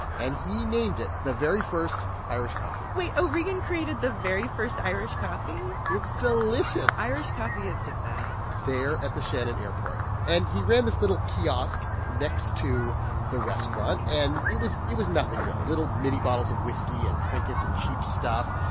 and he named it the very first irish coffee wait. o'regan created the very first irish coffee? it's delicious irish coffee is the best there at the shannon airport and he ran this little kiosk next to the restaurant. and it was it was nothing really little mini bottles of whisky and trinkets and cheap stuff.